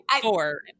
four